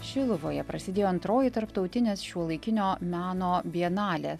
šiluvoje prasidėjo antroji tarptautinės šiuolaikinio meno bienalė